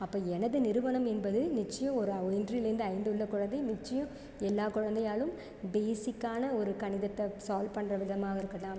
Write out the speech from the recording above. அப்போ எனது நிறுவனம் என்பது நிச்சயம் ஒரு ஒன்றிலிருந்து ஐந்து உள்ள குழந்தை நிச்சயம் எல்லாக் குழந்தையாலும் பேசிக்கான ஒரு கணிதத்தை சால்வ் பண்ணுற விதமாக இருக்கலாம்